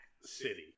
City